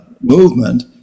movement